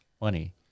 money